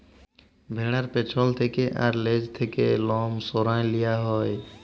ভ্যাড়ার পেছল থ্যাকে আর লেজ থ্যাকে লম সরাঁয় লিয়া হ্যয়